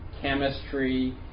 chemistry